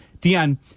Dion